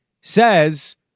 says